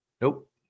Nope